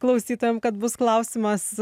klausytojam kad bus klausimas